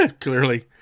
clearly